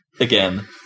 again